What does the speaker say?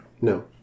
No